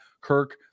Kirk